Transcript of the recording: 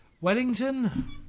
Wellington